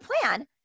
plan